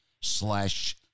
slash